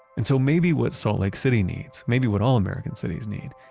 and so maybe what salt lake city needs, maybe what all american cities need,